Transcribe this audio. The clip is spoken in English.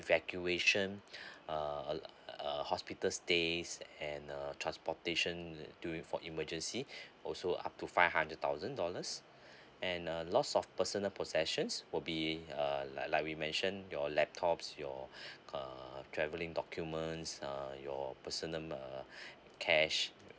evacuation uh uh hospital stays and uh transportation um during for emergency also up to five hundred thousand dollars and a loss of personal possessions will be err like like we mention your laptops your uh traveling documents err your person um uh cash